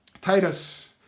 Titus